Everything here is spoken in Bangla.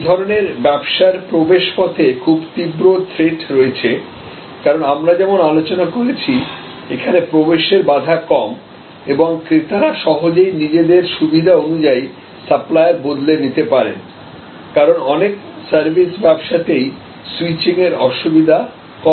এই ধরনের ব্যবসার প্রবেশ পথে খুব তীব্র থ্রেট্ট রয়েছে কারণ আমরা যেমন আলোচনা করেছি এখানে প্রবেশের বাধা কম এবং ক্রেতারা সহজেই নিজেদের সুবিধা অনুযায়ী সাপ্লায়ার বদলে নিতে পারেন কারণ অনেক সার্ভিস ব্যবসাতেই স্যুইচিংয়ের অসুবিধা কম হয়